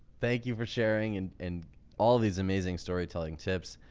thank you for sharing and and all of these amazing storytelling tips.